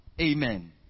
Amen